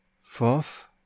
Fourth